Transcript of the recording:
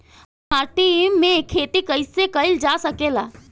बंजर माटी में खेती कईसे कईल जा सकेला?